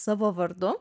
savo vardu